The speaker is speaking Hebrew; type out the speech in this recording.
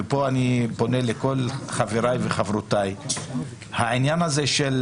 ופה אני פונה לכול חבריי וחברותי לגבי העניין הזה של